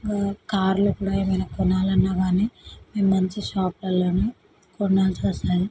ఇంకా కార్లు కూడా ఏమైనా కొనాలన్నా కానీ మేము మంచి షాపులల్లోనే కొనాల్సి వస్తుంది